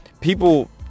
people